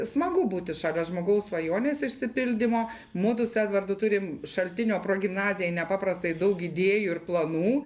smagu būti šalia žmogaus svajonės išsipildymo mudu su edvardu turim šaltinio progimnazijai nepaprastai daug idėjų ir planų